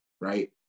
right